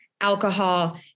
alcohol